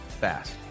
fast